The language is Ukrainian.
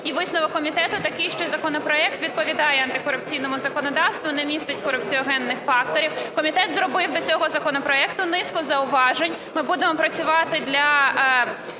І висновок комітету такий, що законопроект відповідає антикорупційному законодавству і не містить корупціогенних факторів. Комітет зробив до цього законопроекту низку зауважень, ми будемо працювати для